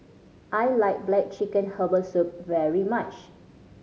I like black chicken herbal soup very much